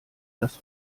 das